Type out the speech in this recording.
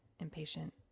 impatient